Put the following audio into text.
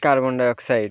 carbon dioxide